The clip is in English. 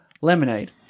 lemonade